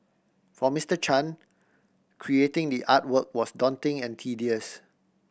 for Mister Chan creating the artwork was daunting and tedious